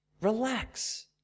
Relax